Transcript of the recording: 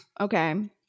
Okay